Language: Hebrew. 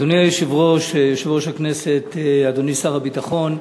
אדוני יושב-ראש הכנסת, אדוני שר הביטחון,